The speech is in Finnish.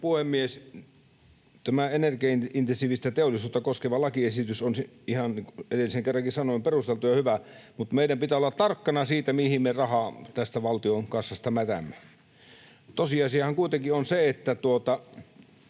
puhemies! Tämä energiaintensiivistä teollisuutta koskeva lakiesitys on, niin kuin edellisen kerrankin sanoin, ihan perusteltu ja hyvä, mutta meidän pitää olla tarkkana, mihin me rahaa valtion kassasta mätämme. Tosiasiahan kuitenkin on se, että